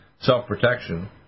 self-protection